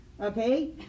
okay